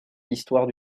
l’histoire